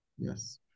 Yes